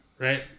Right